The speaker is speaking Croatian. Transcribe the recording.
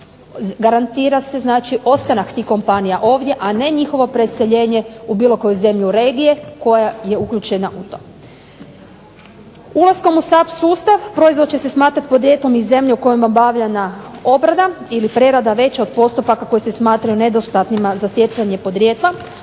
garantira se ostanak njihov ovdje a ne preseljenje u bilo koju zemlju regije koja je uključena u to. Ulaskom u SAP sustav proizvod će se smatrati podrijetlom iz zemlje u kojem obavljana obrada ili prerada veća od postupaka koji se smatraju nedostatnima za stjecanje podrijetla.